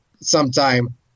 sometime